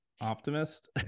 optimist